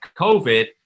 COVID